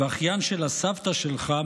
ואחיין של הסבתא שלה,